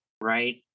right